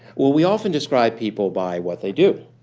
well, we often describe people by what they do.